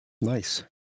nice